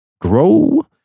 grow